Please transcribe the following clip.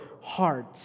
heart